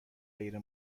غیر